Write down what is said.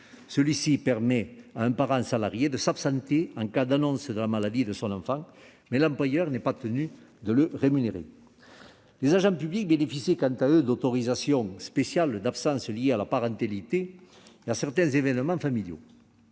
Cela permet à un parent salarié de s'absenter en cas d'annonce de la maladie de son enfant, mais l'employeur n'est pas tenu de le rémunérer. Les agents publics bénéficient quant à eux d'autorisations spéciales d'absence liées à la parentalité et à certains événements familiaux.